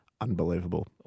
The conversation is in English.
Unbelievable